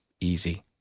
easy